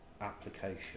application